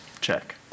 Check